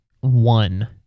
one